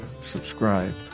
Subscribe